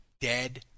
Dead